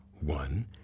One